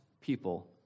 people